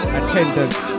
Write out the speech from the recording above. attendance